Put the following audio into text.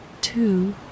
Two